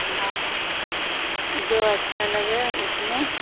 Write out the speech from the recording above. ہاں جو اچھا لگے اس میں